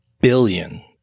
billion